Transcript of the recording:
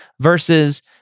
versus